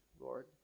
Lord